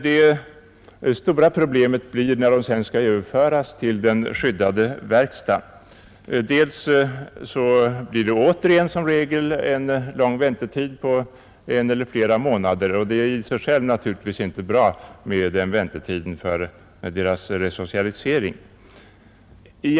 Men det stora problemet uppkommer när de sedan skall överföras till den skyddade verkstaden; det blir vanligen återigen en lång väntetid, på en eller flera månader, och det är naturligtvis i sig självt inte bra för deras resocialisering med den väntetiden.